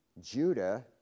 Judah